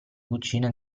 cucine